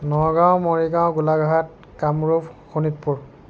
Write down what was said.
Nagaon Morigaon Golaghat Kamrup Sonitpur